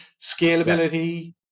scalability